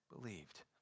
believed